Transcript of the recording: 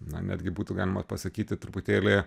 na netgi būtų galima pasakyti truputėlį